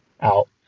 out